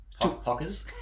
Hockers